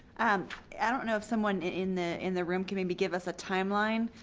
and i don't know if someone in the in the room can maybe give us a time line.